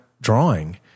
drawing